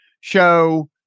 show